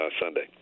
Sunday